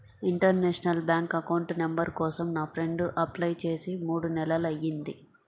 international bank account number కోసం నా friend apply చేసి మూడు నెలలయ్యింది